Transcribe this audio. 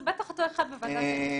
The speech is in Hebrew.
זה בטח אותו אדם בוועדת הפנים.